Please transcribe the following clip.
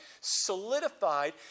solidified